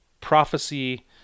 prophecy